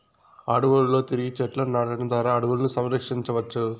అడవులలో తిరిగి చెట్లను నాటడం ద్వారా అడవులను సంరక్షించవచ్చు